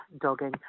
dogging